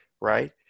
right